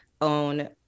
own